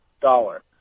dollar